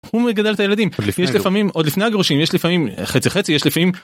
הוא מגדל את הילדים יש לפעמים עוד לפני הגרושים יש לפעמים חצי חצי יש לפעמים.